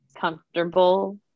comfortable